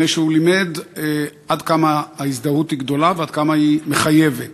מפני שהוא לימד עד כמה ההזדהות היא גדולה ועד כמה היא מחייבת.